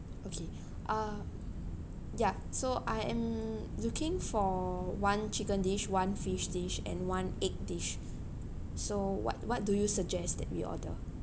okay uh yeah so I am looking for one chicken dish one fish dish and one egg dish so what what do you suggest that we order